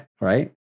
Right